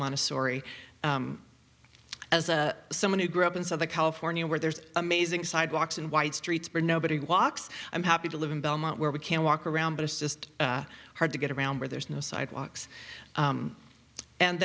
montessori as someone who grew up in southern california where there's amazing sidewalks and wide streets but nobody walks i'm happy to live in belmont where we can walk around but it's just hard to get around where there's no sidewalks